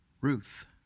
Ruth